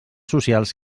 socials